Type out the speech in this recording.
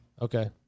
Okay